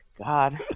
God